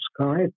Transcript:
sky